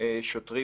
הוא יכול לשתף.